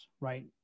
right